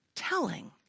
telling